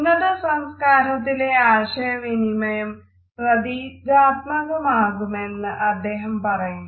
ഉന്നതസംസ്കാരത്തിലെ ആശയവിനിമയം പ്രതീകാത്മകമാകുമെന്ന് അദ്ദേഹം പറയുന്നു